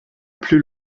plus